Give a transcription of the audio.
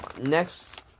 next